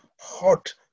hot